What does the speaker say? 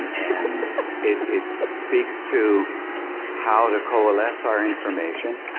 and it it speaks to how to coalesce our information.